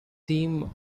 theme